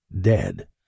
dead